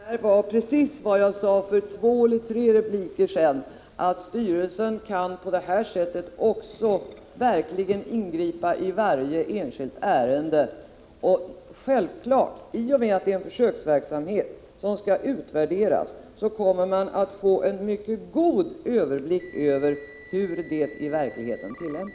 Herr talman! För bara två eller tre repliker sedan sade jag att styrelsen på det här sättet verkligen kan ingripa i varje enskilt ärende. Det är självklart att man i och med att det är en försöksverksamhet, som skall utvärderas, kommer att få en mycket god överblick över hur denna beslutsordning i verkligheten tillämpas.